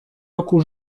roku